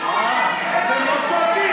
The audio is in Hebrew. אינו נוכח יעל רון בן משה,